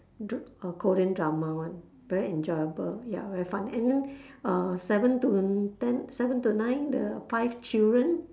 dr~ oh korean drama [one] very enjoyable ya very fun~ and then seven to ten seven to nine the five children